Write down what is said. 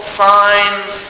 signs